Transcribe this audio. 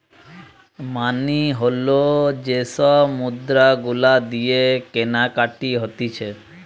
মানি হল যে সব মুদ্রা গুলা দিয়ে কেনাকাটি হতিছে